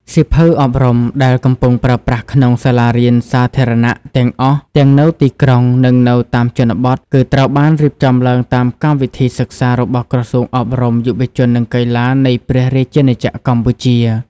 សៀវភៅអប់រំដែលកំពុងប្រើប្រាស់ក្នុងសាលារៀនសាធារណៈទាំងអស់ ទាំងនៅទីក្រុងនិងនៅតាមជនបទ គឺត្រូវបានរៀបចំឡើងតាមកម្មវិធីសិក្សារបស់ ក្រសួងអប់រំ យុវជន និងកីឡា នៃព្រះរាជាណាចក្រកម្ពុជា។